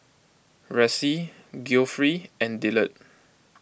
Ressie Geoffrey and Dillard